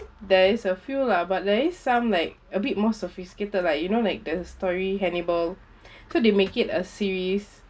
there is a few lah but there is some like a bit more sophisticated like you know like the story hannibal so they make it a series